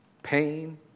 Pain